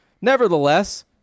Nevertheless